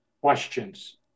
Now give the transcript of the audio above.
questions